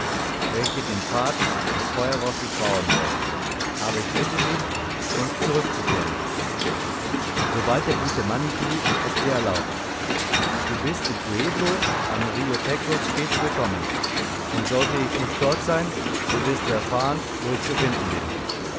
welche den pfad des feuerrosses bauen wollen aber ich bitte dich zu uns zurückzukehren sobald der gute manitou es dir erlaubt du bist im pueblo am rio pecos stets willkommen und sollte ich nicht dort sein so wirst du erfahren wo ich zu finden bin